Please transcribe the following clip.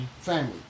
Family